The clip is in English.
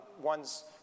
one's